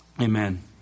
Amen